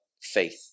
faith